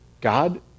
God